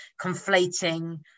conflating